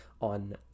on